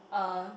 uh